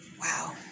Wow